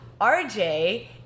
RJ